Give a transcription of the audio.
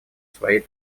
свои